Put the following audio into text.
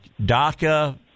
DACA